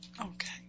okay